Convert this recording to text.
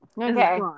Okay